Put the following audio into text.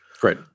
Great